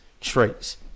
traits